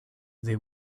they